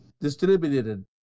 Distributed